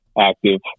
active